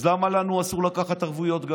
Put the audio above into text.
אז למה לנו אסור לקחת ערבויות?